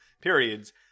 periods